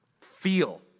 feel